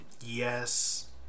yes